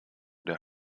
der